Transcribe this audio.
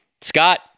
Scott